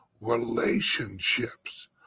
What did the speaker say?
Relationships